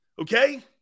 Okay